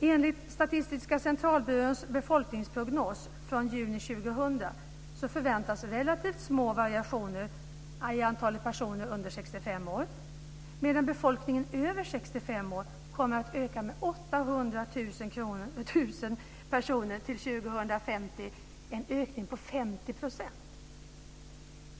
Enligt Statistiska centralbyråns befolkningsprognos från juni 2000 förväntas relativt små variationer i antalet personer under 65 år, medan befolkningen över 65 år kommer att öka med 800 0000 personer till 2050 - en ökning på 50 %.